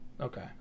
Okay